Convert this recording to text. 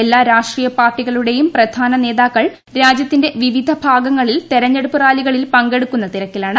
എല്ലാ രാഷ്ട്രീയ പാർട്ടികളുടെയും പ്രധാന നേതാക്കൾ രാജ്യത്തിന്റെ വിവിധ ഭാഗങ്ങളിൽ തെരഞ്ഞെടുപ്പ് റാലികളിൽ പങ്കെടുക്കുന്ന തിരക്കിലാണ്